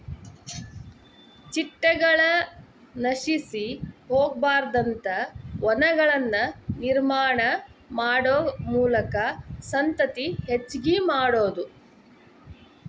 ಚಿಟ್ಟಗಳು ನಶಿಸಿ ಹೊಗಬಾರದಂತ ವನಗಳನ್ನ ನಿರ್ಮಾಣಾ ಮಾಡು ಮೂಲಕಾ ಸಂತತಿ ಹೆಚಗಿ ಮಾಡುದು